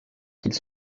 qu’ils